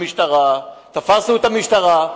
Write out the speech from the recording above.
המשטרה, תפסנו את המשטרה.